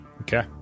Okay